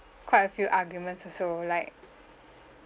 quite a few arguments also like